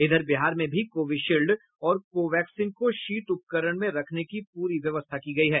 इधर बिहार में भी कोविशील्ड और कोवैक्सीन को शीत उपकरण में रखने की पूरी व्यवस्था की गई है